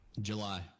July